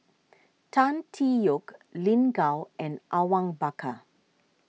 Tan Tee Yoke Lin Gao and Awang Bakar